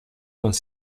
vingt